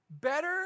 Better